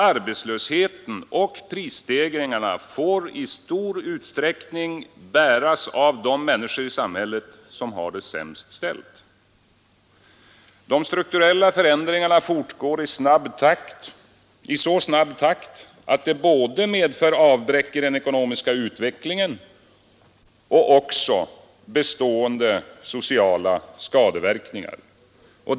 Arbetslösheten och prisstegringarna får i stor utsträckning bäras av de människor i samhället som har det sämst ställt. De strukturella förändringarna fortgår i så snabb takt att de medför både avbräck i den ekonomiska utvecklingen och bestående ekonomiska skadeverkningar.